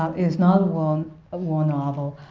ah it's not a war um war novel,